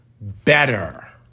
better